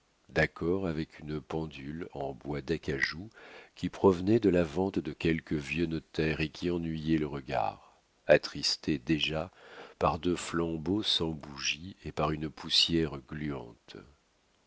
d'accord avec une pendule en bois d'acajou qui provenait de la vente de quelque vieux notaire et qui ennuyait le regard attristé déjà par deux flambeaux sans bougie et par une poussière gluante